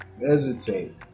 hesitate